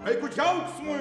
vaikų džiaugsmui